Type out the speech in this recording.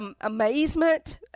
amazement